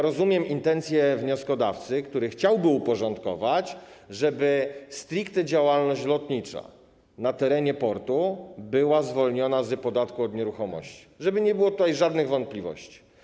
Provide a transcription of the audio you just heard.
Rozumiem intencję wnioskodawcy, który chciałby to uporządkować w taki sposób, żeby stricte działalność lotnicza na terenie portu była zwolniona z podatku od nieruchomości, aby nie było żadnych wątpliwości.